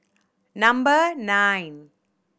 number nine